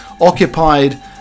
occupied